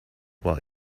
while